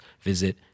visit